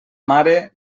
mare